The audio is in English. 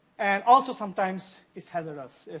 and also sometimes it's hazardous.